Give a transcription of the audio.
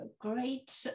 great